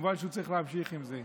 וכמובן שהוא צריך להמשיך עם זה.